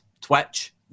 Twitch